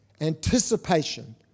anticipation